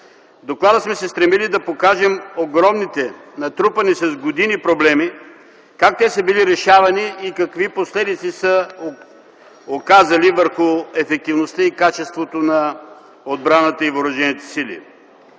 доклада сме се стремили да покажем огромните, натрупани с години проблеми, как са били решавани и какви последици са оказали върху ефективността и качеството на отбраната и въоръжените сили.